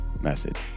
method